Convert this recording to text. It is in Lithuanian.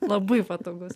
labai patogus